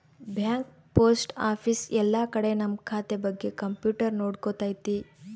bank post office ಎಲ್ಲ ಕಡೆ ನಮ್ ಖಾತೆ ಬಗ್ಗೆ ಕಂಪ್ಯೂಟರ್ ನೋಡ್ಕೊತೈತಿ